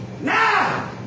Now